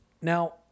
Now